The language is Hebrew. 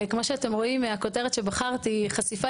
כמו שאתם רואים הכותרת שבחרתי - חשיפה